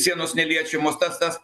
sienos neliečiamos tas tas